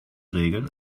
regeln